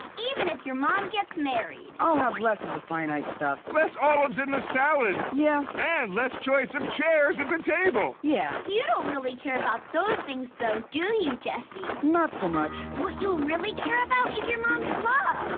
even if your mom gets married. i'll have less of the finite stuff. less olives in the salad! yeah. and ah less choice of chairs at the table. yeah. you don't really care about those things, though, do you, jesse? not so much. what you really care about is your mom's love.